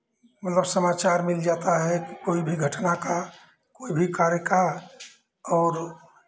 मलब समाचार मिल जाता है कोई भी घटना का कोई भी कार्य का और